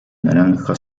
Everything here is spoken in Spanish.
naranja